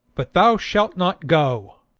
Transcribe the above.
but thou shalt not go.